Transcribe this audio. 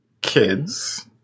kids